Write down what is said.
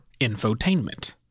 infotainment